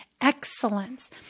excellence